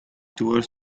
towards